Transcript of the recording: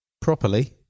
properly